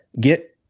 get